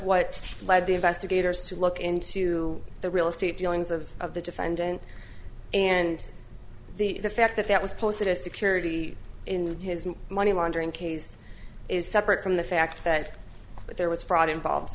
what led the investigators to look into the real estate dealings of of the defendant and the fact that that was posted a security in his money laundering case is separate from the fact that there was fraud involved